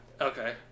Okay